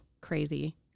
crazy